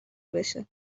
بشه